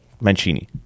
Mancini